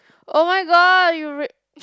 oh-my-god you re~